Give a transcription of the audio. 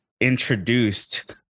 introduced